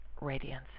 radiance